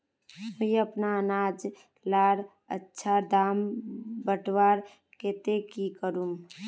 मुई अपना अनाज लार अच्छा दाम बढ़वार केते की करूम?